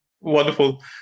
Wonderful